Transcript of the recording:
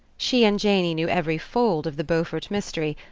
she and janey knew every fold of the beaufort mystery,